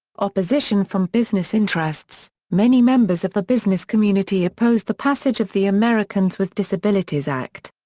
opposition from business interests many members of the business community opposed the passage of the americans with disabilities act.